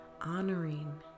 honoring